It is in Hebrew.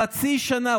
חצי שנה.